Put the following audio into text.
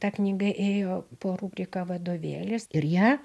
ta knyga ėjo po rubrika vadovėlis ir ją